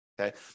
Okay